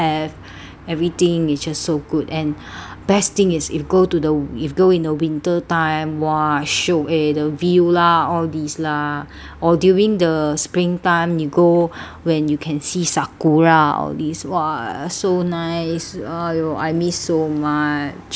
everything is just so good and best thing is if go to the if go in the winter time !wah! shiok eh the view lah all these lah or during the spring time you go when you can see sakura all these !wah! so nice !aiyo! I miss so much